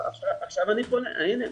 הנה,